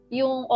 yung